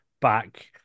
back